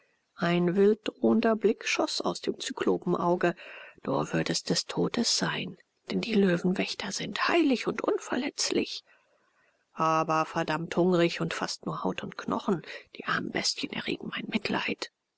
ein wilddrohender blick schoß aus dem zyklopenauge du würdest des todes sein denn die löwenwächter sind heilig und unverletzlich aber verdammt hungrig und fast nur haut und knochen die armen bestien erregen mein mitleid